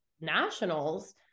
nationals